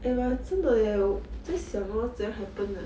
eh but 真的 eh 在想 hor 怎样 happen 的